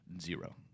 Zero